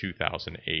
2008